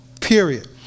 Period